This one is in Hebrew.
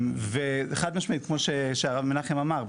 חד משמעית כמו שהרב מנחם אמר,